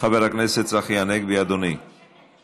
שחרור על תנאי ממאסר (תיקון